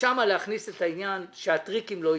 ושם להכניס את העניין שהטריקים לא יהיו.